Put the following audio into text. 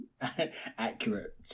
accurate